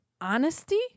honesty